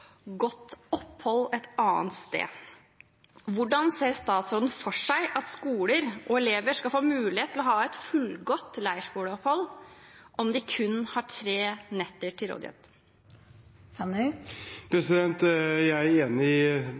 godt opphold et annet sted. Hvordan ser statsråden for seg at skoler og elever skal få mulighet til å ha et fullgodt leirskoleopphold om de kun har tre netter til rådighet? Jeg er enig i